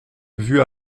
vue